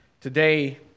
Today